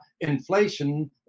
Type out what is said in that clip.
inflation